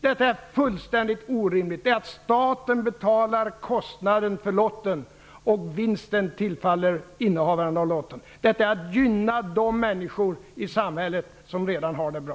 Det är fullständigt orimligt att staten betalar kostnaden för lotten medan vinsten tillfaller innehavaren av lotten. Detta är att gynna de människor i samhället som redan har det bra.